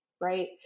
right